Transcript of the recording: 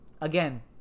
again